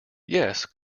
yes